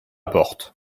porte